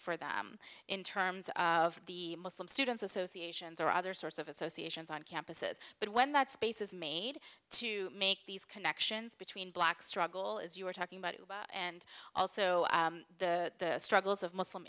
for them in terms of the muslim students association or other sorts of associations on campuses but when that space is made to make these connections between black struggle as you were talking about and also the struggles of muslim